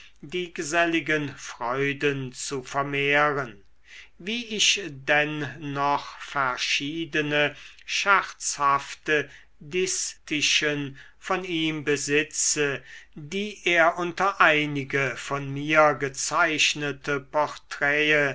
die geselligen freuden zu vermehren wie ich denn noch verschiedene scherzhafte distichen von ihm besitze die er unter einige von mir gezeichnete porträte